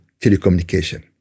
telecommunication